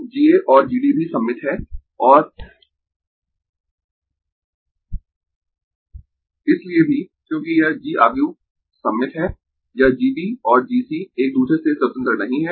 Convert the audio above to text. तो G A और G D भी सममित है और इसलिए भी क्योंकि यह G आव्यूह सममित है यह G B और G C एक दूसरे से स्वतंत्र नहीं है